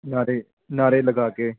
ਨਾਰੇ ਨਾਅਰੇ ਲਗਾ ਕੇ